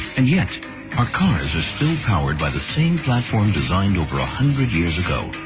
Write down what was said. and yet our cars are still powered by the same platform designed over a hundred years ago.